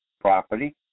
property